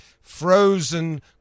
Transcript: frozen